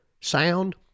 sound